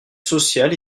sociales